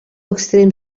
extrem